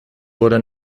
wurde